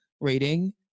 rating